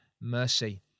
mercy